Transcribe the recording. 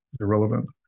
irrelevant